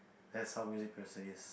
that's how music producer is